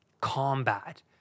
combat